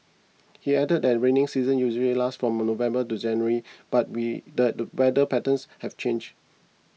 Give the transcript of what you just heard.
he added that rainy season usually lasts from November to January but we that the better patterns have changed